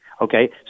Okay